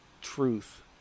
truth